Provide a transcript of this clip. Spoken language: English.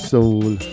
Soul